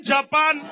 Japan